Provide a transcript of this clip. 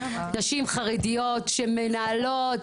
נשים חרדיות שמנהלות,